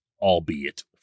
albeit